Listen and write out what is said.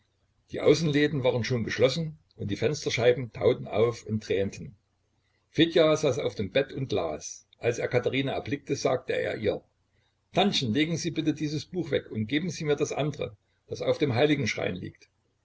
die außenläden waren schon geschlossen und die fensterscheiben tauten auf und tränten fedja saß auf dem bett und las als er katerina erblickte sagte er ihr tantchen legen sie bitte dieses buch weg und geben sie mir das andere das auf dem heiligenschrein liegt